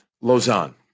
Lausanne